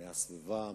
מהסביבה,